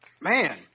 Man